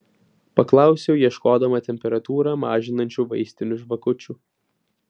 paklausiau ieškodama temperatūrą mažinančių vaistinių žvakučių